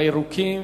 והירוקים,